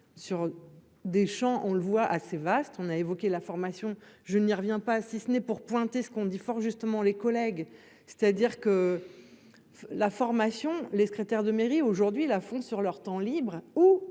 sur. Des champs, on le voit assez vaste, on a évoqué la formation je n'y reviens pas, si ce n'est pour pointer ce qu'on dit fort justement les collègues. C'est-à-dire que. La formation, les secrétaires de mairie aujourd'hui la font sur leur temps libre ou